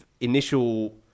initial